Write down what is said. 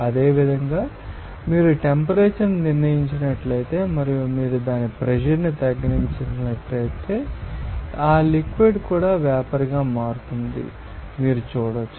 అదేవిధంగా మీరు టెంపరేచర్ను నిర్ణయించినట్లయితే మరియు మీరు దాని ప్రెషర్ని తగ్గించినట్లయితే ఆ లిక్విడ్ కూడా వేపర్ గా మారుతుందని మీరు చూడవచ్చు